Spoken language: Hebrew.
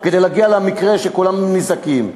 כדי להגיע למקרה שכולנו נזעקים.